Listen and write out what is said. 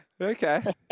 Okay